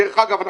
דרך אגב,